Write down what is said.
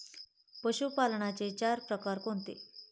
पशुपालनाचे चार प्रकार कोणते?